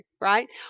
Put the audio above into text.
right